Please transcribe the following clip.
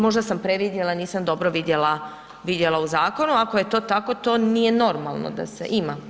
Možda sam previdila, nisam dobro vidjela u zakonu, ako je to tako to nije normalno da se ima.